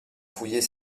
fouiller